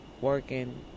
working